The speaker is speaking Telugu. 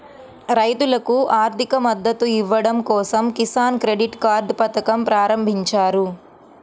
రైతులకు ఆర్థిక మద్దతు ఇవ్వడం కోసం కిసాన్ క్రెడిట్ కార్డ్ పథకం ప్రారంభించారు